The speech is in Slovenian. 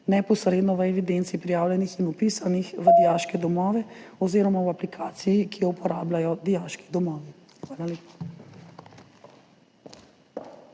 neposredno v evidenci prijavljenih in vpisanih v dijaške domove oziroma v aplikaciji, ki jo uporabljajo dijaški domovi. Hvala lepa.